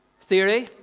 theory